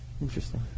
Interesting